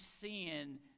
sin